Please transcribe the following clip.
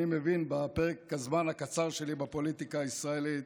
אני מבין בפרק הזמן הקצר שלי בפוליטיקה הישראלית,